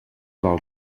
val